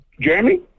Jeremy